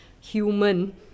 Human